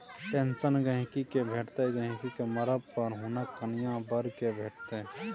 pension गहिंकी केँ भेटतै गहिंकी केँ मरब पर हुनक कनियाँ या बर केँ भेटतै